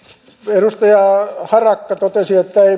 edustaja harakka totesi että